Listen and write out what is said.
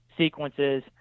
sequences